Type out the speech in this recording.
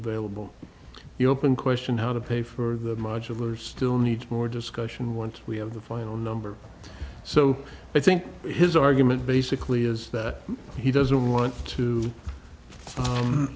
available the open question how to pay for the modular still needs more discussion once we have the final number so i think his argument basically is that he doesn't want to